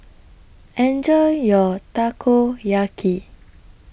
Enjoy your Takoyaki